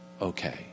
okay